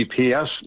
GPS